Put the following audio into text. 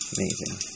Amazing